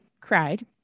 cried